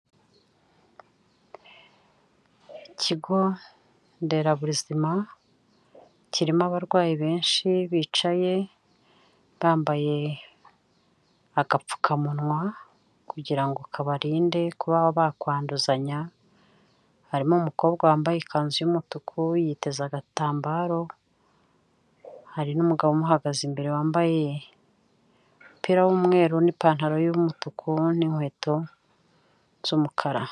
Ikigo nderabuzima kirimo abarwayi benshi bicaye, bambaye agapfukamunwa, kugira ngo kabarinde kuba bakwanduzanya, harimo umukobwa wambaye ikanzu y'umutuku yiteza agatambaro, hari n'umugabo umuhagaze imbere wambaye umupira w' umweru n'ipantaro y'umutuku n'inkweto z'umukara.